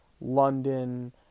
London